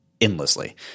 endlessly